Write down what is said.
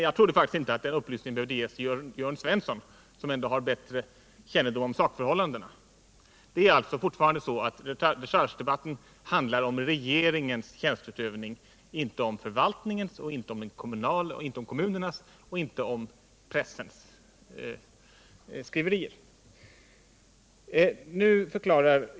Jag trodde faktiskt inte att Jörn Svensson, som ändå har bättre kännedom om sakförhållandena, skulle behöva den upplysningen. Det är alltså fortfarande så att dechargedebatten handlar om regeringens tjänsteutövning, inte om förvaltningen, kommunerna eller pressens skriverier.